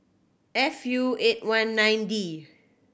F U eight one nine D